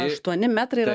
aštuoni metrai yra